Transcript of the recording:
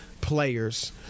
players